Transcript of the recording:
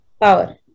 power